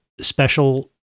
special